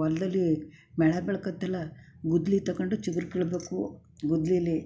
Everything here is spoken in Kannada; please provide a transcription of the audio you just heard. ಹೊಲದಲ್ಲಿ ಬೆಳೆ ಬೆಳ್ಕೊತ್ತಲ ಗುದ್ದಲಿ ತಗೊಂಡು ಚಿಗುರು ಕೀಳಬೇಕು ಗುದ್ದಲಿಲಿ